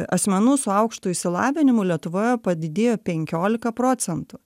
asmenų su aukštu išsilavinimu lietuvoje padidėjo penkiolika procentų